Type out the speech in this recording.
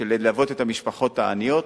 ללוות את המשפחות העניות.